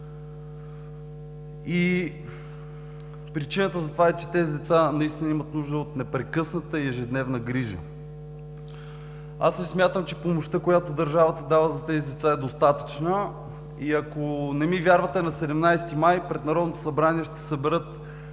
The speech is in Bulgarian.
Причината за това е, че тези деца наистина имат нужда от непрекъсната и ежедневна грижа. Аз не смятам, че помощта, която държавата дава за тези деца е достатъчна, и ако не ми вярвате на 17 май пред Народното събрание ще се съберат